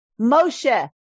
Moshe